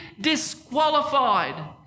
disqualified